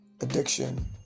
addiction